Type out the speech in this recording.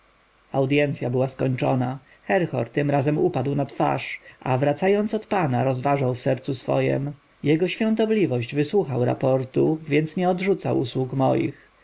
była skończona herhor tym razem upadł na twarz a wracając od pana rozważał w sercu swojem jego świątobliwość wysłuchał raportu więc nie odrzuca moich